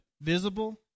visible